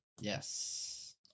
yes